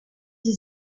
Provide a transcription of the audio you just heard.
sie